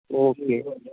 okay